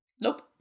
nope